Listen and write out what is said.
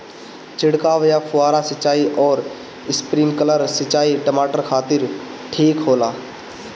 छिड़काव या फुहारा सिंचाई आउर स्प्रिंकलर सिंचाई टमाटर खातिर ठीक होला?